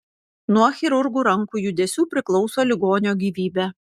nuo chirurgų rankų judesių priklauso ligonio gyvybė